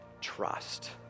Trust